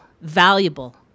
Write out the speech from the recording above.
valuable